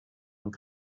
und